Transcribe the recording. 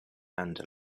and